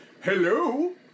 Hello